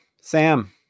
Sam